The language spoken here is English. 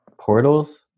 portals